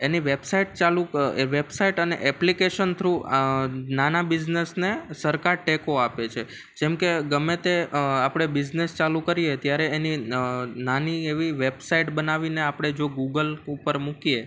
એની website ચાલું website અને application through નાના બિઝનેસને સરકાર ટેકો આપે છે જેમકે ગમે તે આપણે બિઝનસ ચાલું કરીએ ત્યારે એની નાની એવી વેબસાઇટ બનાવીને આપણે જો ગૂગલ ઉપર મૂકીએ